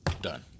done